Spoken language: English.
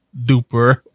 duper